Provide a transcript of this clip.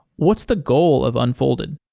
what's the goal of unfolded?